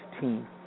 team